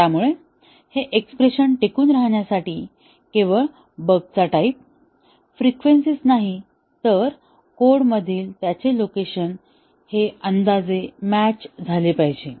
त्यामुळे हे एक्स्प्रेशन टिकून राहण्यासाठी केवळ बगचा टाईप फ्रिक्वेन्सीच नाही तर कोडमधील त्यांचे लोकेशन हे अंदाजे मॅच झाले पाहिजे